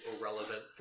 irrelevant